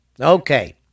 Okay